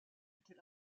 était